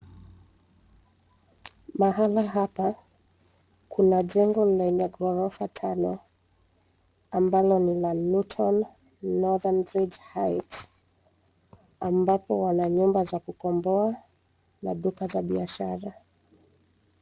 Mahala hapa kuna jengo lenye gorofa tano ambalo ni la Luton North Ridge Heights ambapo wananyumba za kukomboa na duka za biashara.